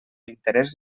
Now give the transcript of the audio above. interès